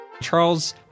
Charles